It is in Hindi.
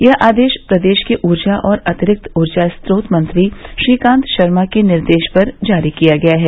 यह आदेश प्रदेश के ऊर्जा और अतिरिक्त ऊर्जा स्नोत मंत्री श्रीकान्त शर्मा के निर्देश पर जारी किया गया है